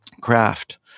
craft